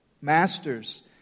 Masters